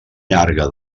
llarga